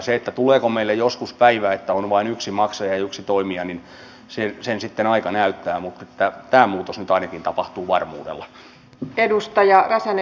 sen tuleeko meille joskus päivä että on vain yksi maksaja ja yksi toimija sitten aika näyttää mutta tämä muutos nyt ainakin tapahtuu varmuudella